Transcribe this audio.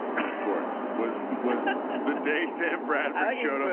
sports was was the day sam bradford showed up.